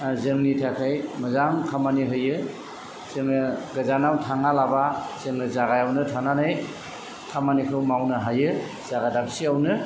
जोंनि थाखाय मोजां खामानि होयो जोङो गोजानाव थाङालाबा जोङो जायगायावनो थानानै खामानिखौ मावनो हायो जायगा दाबसेयावनो